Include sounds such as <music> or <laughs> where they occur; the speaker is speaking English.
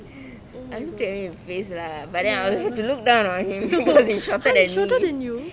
oh my god <laughs> !huh! he shorter than you